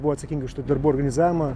buvo atsakingi už tų darbų organizavimą